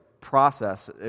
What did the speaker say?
process